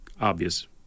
obvious